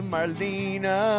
Marlena